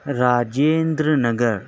Rajendra Nagar